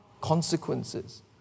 consequences